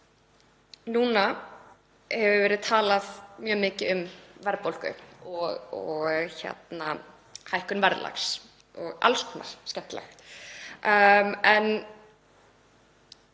Nú hefur verið talað mjög mikið um verðbólgu, hækkun verðlags og alls konar skemmtilegt.